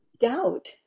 Doubt